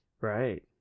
right